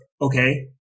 okay